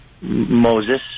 Moses